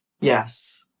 Yes